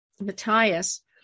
Matthias